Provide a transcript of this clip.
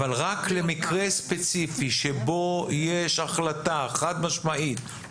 אבל רק למקרה ספציפי שבו יש החלטה חד משמעית או